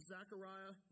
Zechariah